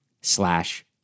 slash